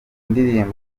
ndirimbo